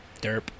Derp